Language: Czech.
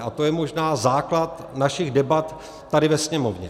A to je možná základ našich debat tady ve Sněmovně.